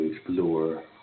explore